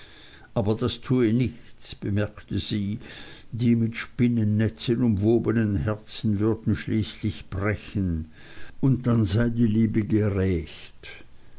aber das tue nichts bemerkte sie die mit spinnennetzen umwobenen herzen würden schließlich brechen und dann sei die liebe gerächt